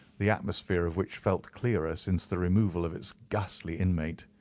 the atmosphere of which felt clearer since the removal of its ghastly inmate.